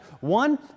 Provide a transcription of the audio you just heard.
One